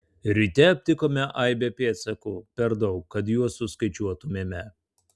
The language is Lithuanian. ryte aptikome aibę pėdsakų per daug kad juos suskaičiuotumėme